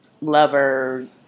lover